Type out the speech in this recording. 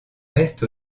reste